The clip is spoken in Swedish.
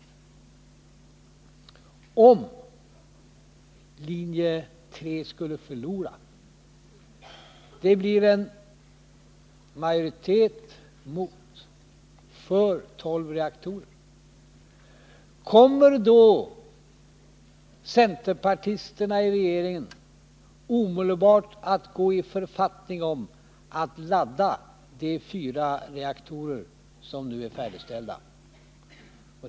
Kommer centerpartisterna, om linje 3 skulle förlora och det blir en majoritet för tolv reaktorer, omedelbart i regeringen att gå i författning om att ladda de fyra reaktorer som nu är färdigställda?